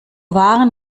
waren